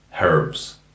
herbs